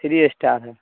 three star ہے